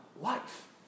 life